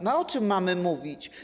No a o czym mamy mówić?